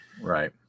Right